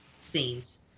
scenes